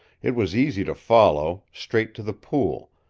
it was easy to follow straight to the pool,